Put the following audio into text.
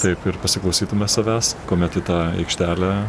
taip ir pasiklausytume savęs kuomet į tą aikštelę